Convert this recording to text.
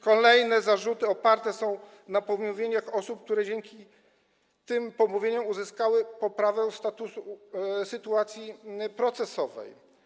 Kolejne zarzuty oparte są na pomówieniach osób, które dzięki tym pomówieniom uzyskały poprawę sytuacji procesowej.